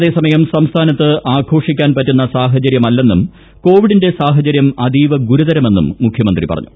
അതേസമയം സംസ്ഥാനത്ത് ആഘോഷിക്കാൻ പറ്റുന്ന സാഹചര്യമല്ലെന്നും കോവിഡിന്റെ സാഹചര്യം അതീവ ഗുരുതരമെന്നും മുഖൃമന്ത്രി പറഞ്ഞു